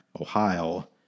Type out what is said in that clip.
Ohio